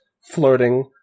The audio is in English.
flirting